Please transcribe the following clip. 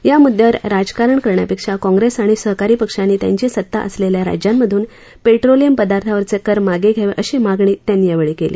या मुद्द्यावर राजकारण करण्यापेक्षा काँप्रेस आणि सहकारी पक्षांनी त्यांची सत्ता असलेल्या राज्यांमधून पेट्रोलियम पदार्थांवरचे कर मागे घ्यावेत अशी मागणी त्यांनी यावेळी केली